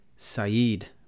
Saeed